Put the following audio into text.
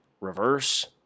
reverse